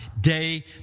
day